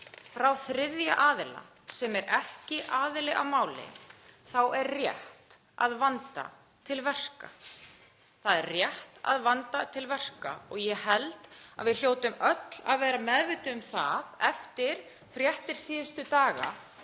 frá þriðja aðila, sem er ekki aðili að máli, þá er rétt að vanda til verka. Það er rétt að vanda til verka og ég held að við hljótum öll að vera meðvituð um það, eftir fréttir síðustu daga,